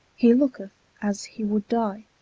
he looketh as he would dye.